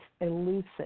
elusive